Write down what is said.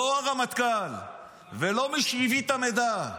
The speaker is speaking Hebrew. לא הרמטכ"ל ולא מי שהביא את המידע.